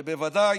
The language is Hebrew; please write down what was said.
ובוודאי,